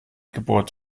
gebohrt